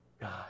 God